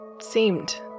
seemed